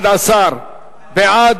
11 בעד,